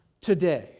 today